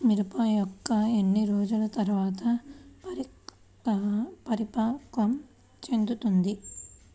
మిరప మొక్క ఎన్ని రోజుల తర్వాత పరిపక్వం చెందుతుంది?